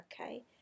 Okay